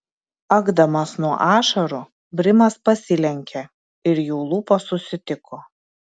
akdamas nuo ašarų brimas pasilenkė ir jų lūpos susitiko